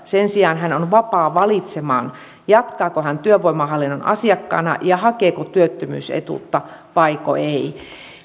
sen sijaan hän on vapaa valitsemaan jatkaako hän työvoimahallinnon asiakkaana ja hakeeko työttömyysetuutta vaiko ei